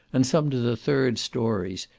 and some to the third stories,